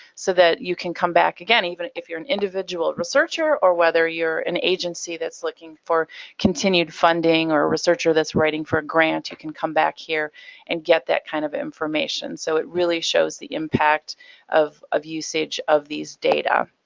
so that you can come back again. even if you're an individual researcher, or whether you're an agency that's looking for continued funding, or researcher that's writing for a grant, you can come back here and get that kind of information. so it really shows the impact of of usage of these data.